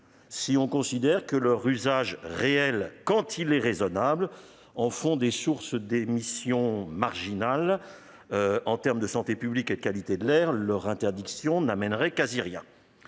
si l'on considère que leur usage réel, quand il est raisonnable, en fait une source d'émissions marginales. En termes de santé publique et de qualité de l'air, leur interdiction n'améliorerait quasiment